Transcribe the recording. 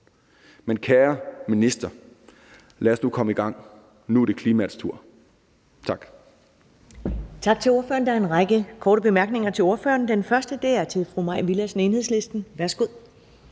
Men kære minister: Lad os nu komme i gang. Nu er det klimaets tur. Tak.